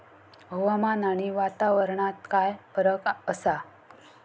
हवामान आणि वातावरणात काय फरक असा?